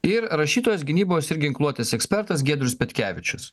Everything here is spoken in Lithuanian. ir rašytojas gynybos ir ginkluotės ekspertas giedrius petkevičius